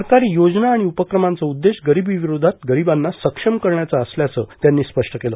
सरकारी योजना आणि उपक्रमांचा उद्देश गरीबी विरोधात गरीबांना सक्षम करण्याचा असल्याचं त्यांनी स्पष्ट केलं